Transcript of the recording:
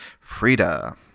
Frida